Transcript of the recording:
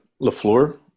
LeFleur